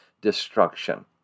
destruction